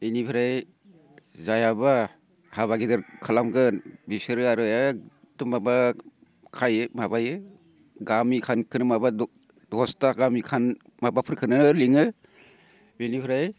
इनिफ्राय जाय हाबा हाबा गेदेर खालामगोन बिसोरो आरो एखदम माबा खायो माबायो गामि खान माबाखोन दसथा गामि खान माबाफोरखोनो लिङो बिनिफ्राय